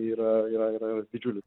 yra yra yra didžiulis